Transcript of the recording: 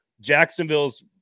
Jacksonville's